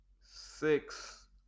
Six